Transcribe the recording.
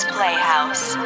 Playhouse